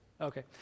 Okay